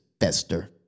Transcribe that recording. fester